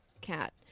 cat